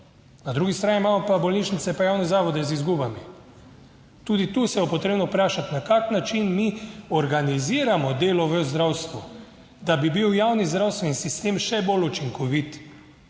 na drugi strani imamo pa bolnišnice pa javne zavode z izgubami. Tudi tu se bo potrebno vprašati, na kakšen način mi organiziramo delo v zdravstvu, da bi bil javni zdravstveni sistem še bolj učinkovit.